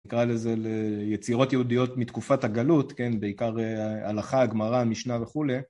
נקרא לזה ליצירות יהודיות מתקופת הגלות, כן, בעיקר הלכה, הגמרא, המשנה וכולי.